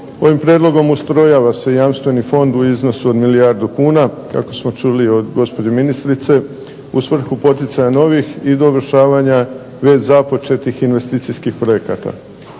Ovim prijedlogom ustrojava se Jamstveni fond u iznosu od milijardu kuna, kako smo čuli od gospođe ministrice, u svrhu poticanja novih i dovršavanja već započetih investicijskih projekata.